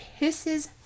pisses